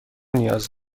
نیاز